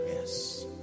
Yes